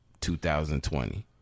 2020